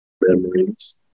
memories